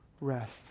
rest